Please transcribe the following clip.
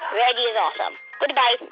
reggie's awesome. goodbye